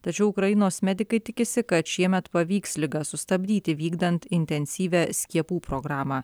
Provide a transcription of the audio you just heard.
tačiau ukrainos medikai tikisi kad šiemet pavyks ligą sustabdyti vykdant intensyvią skiepų programą